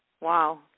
Wow